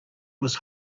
was